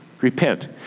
repent